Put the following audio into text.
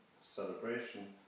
celebration